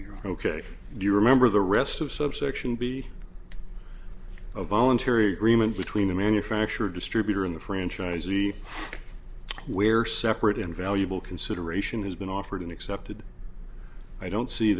you ok do you remember the rest of subsection b of voluntary agreement between the manufacturer distributor in the franchisee where separate invaluable consideration has been offered and accepted i don't see